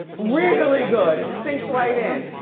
really good, it sinks right in.